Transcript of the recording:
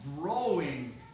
growing